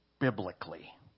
biblically